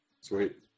Sweet